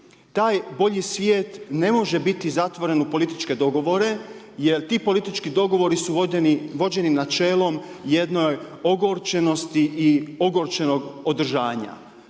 Taj bolji svijet ne može biti zatvoren u političke dogovore jer ti politički dogovoru su vođeni načelom jedne ogorčenosti i ogorčenog održanja.